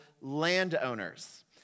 landowners